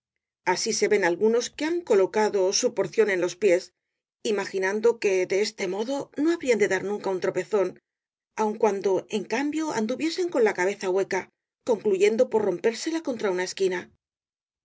así se ven algunos que han colocado su rosalía de castro porción en los pies imaginando que de este modo no habrían de dar nunca un tropezón aun cuando en cambio anduviesen con la cabeza hueca concluyendo por rompérsela contra una esquina